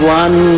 one